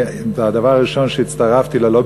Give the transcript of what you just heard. הדבר הראשון שהצטרפתי אליו,